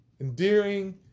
endearing